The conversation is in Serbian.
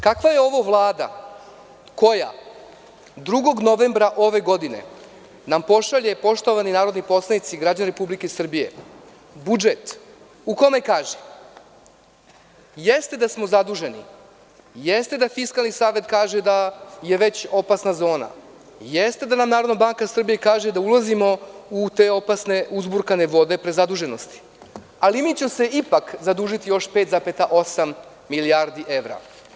Kakva je ovo Vlada koja 2. novembra ove godine nam pošalje, poštovani narodni poslanici, građani Republike Srbije, budžet, u kome kaže - Jeste da smo zaduženi, jeste da Fiskalni savet kaže da je već opasna zona, jeste da nam Narodna banka Srbije kaže da ulazimo u te opasne i uzburkane vode prezaduženosti, ali mi ćemo se ipak zadužiti još 5,8 milijardi evra.